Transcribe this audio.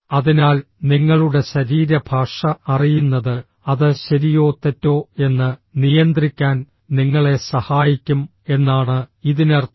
അതിനാൽ നിങ്ങളുടെ ശരീരഭാഷ അറിയുന്നത് അത് ശരിയോ തെറ്റോ എന്ന് നിയന്ത്രിക്കാൻ നിങ്ങളെ സഹായിക്കും എന്നാണ് ഇതിനർത്ഥം